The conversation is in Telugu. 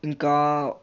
ఇంకా